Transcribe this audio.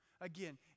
again